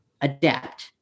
adapt